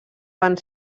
van